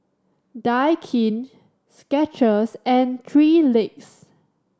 Daikin Skechers and Three Legs